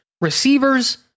receivers